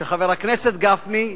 שחבר הכנסת גפני,